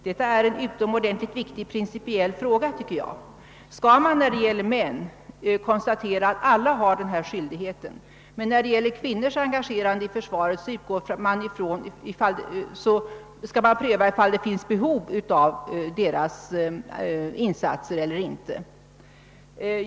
Detta är en utomordentligt viktig principiell fråga: man konstaterar när det gäller männen att alla har denna skyldighet, medan man när det gäller kvinnornas engagerande i försvaret skall pröva huruvida det föreligger behov av deras insats eller inte.